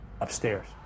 upstairs